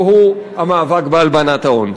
והוא המאבק בהלבנת ההון.